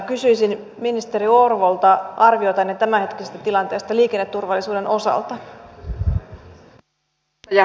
kysyisin ministeri orpo arviotanne tämänhetkisestä tilanteesta liikenneturvallisuuden osalta